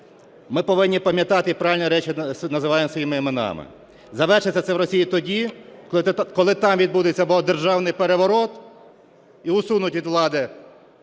Ми повинні пам'ятати і правильні речі називаємо своїми іменами. Завершиться це в Росії тоді, коли там відбудеться або державний переворот і усунуть від влади